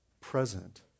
present